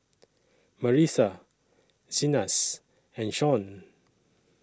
Marisa Zenas and Shon